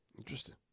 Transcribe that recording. Interesting